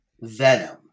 Venom